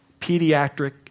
pediatric